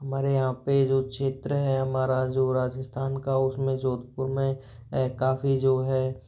हमारे यहाँ पे जो क्षेत्र है हमारा जो राजस्थान का उसमें जोधपुर में काफ़ी जो है